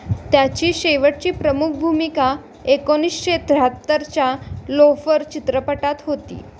त्याची शेवटची प्रमुख भूमिका एकोणीसशे त्र्याहत्तरच्या लोफर चित्रपटात होती